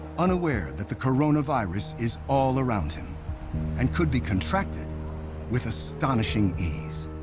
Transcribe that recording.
unaware that the coronavirus is all around him and could be contracted with astonishing ease.